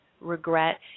regret